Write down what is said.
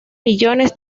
millones